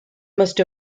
must